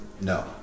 No